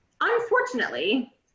unfortunately